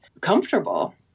comfortable